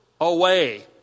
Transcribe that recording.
away